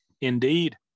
Indeed